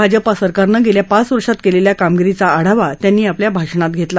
भाजपा सरकारनं गेल्या पाच वर्षात केलेल्या कामगिरीचा आढावा त्यांनी आपल्या भाषणात केला